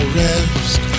rest